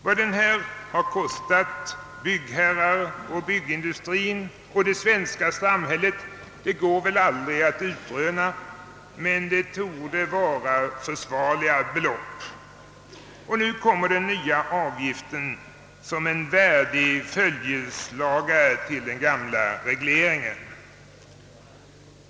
Vad denna har kostat byggherrar, byggindustri och det svenska samhället går väl aldrig att utröna, men det torde röra sig om avsevärda belopp. Nu kommer så den nya avgiften som en värdig följeslagare till den gamla regleringen.